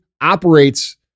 operates